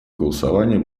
голосование